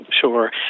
Sure